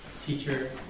teacher